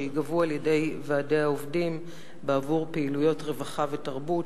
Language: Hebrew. שייגבו על-ידי ועדי העובדים בעבור פעילויות רווחה ותרבות,